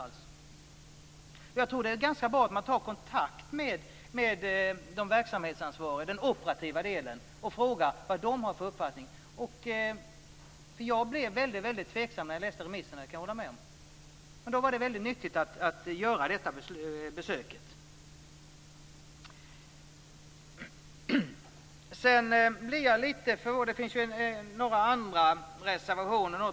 Jag tror att det är ganska bra att ta kontakt med de verksamhetsansvariga, den operativa delen, och frågar vad de har för uppfattning. Jag blev nämligen väldigt tveksam när jag läste remissen, det kan jag hålla med om. Men då var det nyttigt att göra detta besök. Det finns några andra reservationer också.